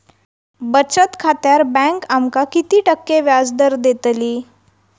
बचत खात्यार बँक आमका किती टक्के व्याजदर देतली?